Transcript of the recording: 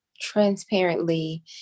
transparently